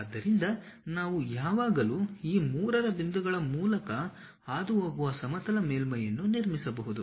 ಆದ್ದರಿಂದ ನಾವು ಯಾವಾಗಲೂ ಈ ಮೂರರ ಬಿಂದುಗಳ ಮೂಲಕ ಹಾದುಹೋಗುವ ಸಮತಲ ಮೇಲ್ಮೈಯನ್ನು ನಿರ್ಮಿಸಬಹುದು